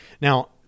Now